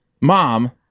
mom